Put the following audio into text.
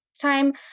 time